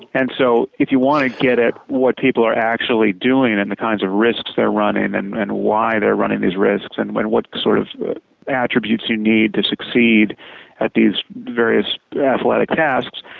and so if you want to get at what people are actually doing and the kinds of risks they're running, and and why they're running these risks and what sort of attributes you need to succeed at these various athletic tasks,